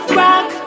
rock